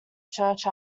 church